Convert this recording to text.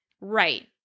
Right